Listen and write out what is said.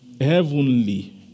heavenly